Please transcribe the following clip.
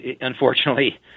unfortunately